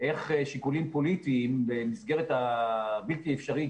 איך שיקולים פוליטיים במסגרת הבלתי-אפשרית